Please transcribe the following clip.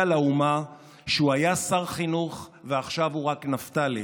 לאומה שהוא היה שר חינוך ועכשיו הוא רק נפתלי,